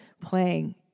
playing